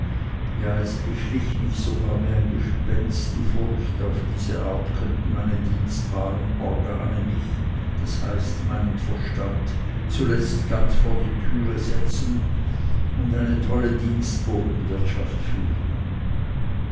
ja es beschlich mich sogar wie ein gespenst die furcht auf diese art könnten meine dienstbaren organe mich das heißt meinen verstand zuletzt ganz vor die türe setzen und eine tolle dienstbotenwirtschaft führen